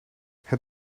het